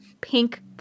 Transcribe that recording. pink